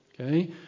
Okay